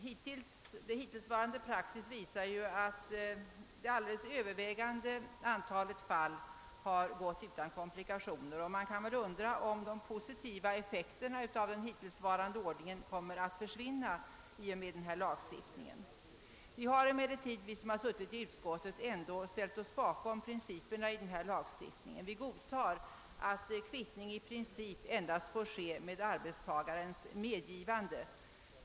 Hittillsvarande praxis visar att det alldeles övervägande antalet fall har kunnat lösas utan komplikationer, och man kan ställa sig frågan huruvida de positiva effekterna av den hittillsvarande ordningen kommer att försvinna i och med denna lagstiftning. Ledamöterna av utskottet har ändå ställt sig bakom principerna i denna lagstiftning. Vi godtar att kvittning i princip endast får ske med arbetstagarens medgivande.